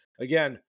again